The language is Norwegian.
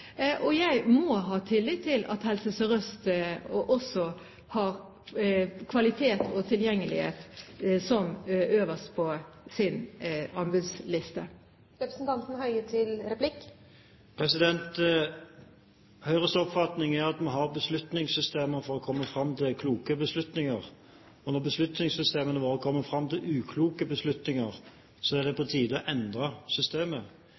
pst. Jeg må ha tillit til at Helse Sør-Øst også har kvalitet og tilgjengelighet øverst på sin anbudsliste. Høyres oppfatning er at vi har beslutningssystemer for å komme fram til kloke beslutninger. Når beslutningssystemene våre kommer fram til ukloke beslutninger, er det på tide å endre systemet.